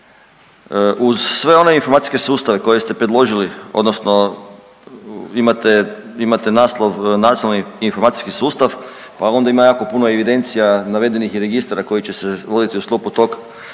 Uz sve one informacijske sustave koje ste predložili odnosno imate, imate naslov, naslovni informacijski sustav, pa onda ima jako puno evidencija navedenih registara koji će se voditi u sklopu tog